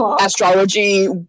astrology